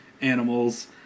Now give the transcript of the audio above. animals